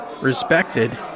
Respected